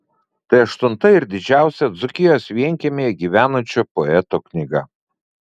tai aštunta ir didžiausia dzūkijos vienkiemyje gyvenančio poeto knyga